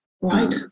Right